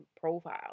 profile